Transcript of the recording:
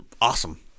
awesome